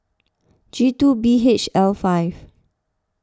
G two B H L five